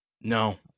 No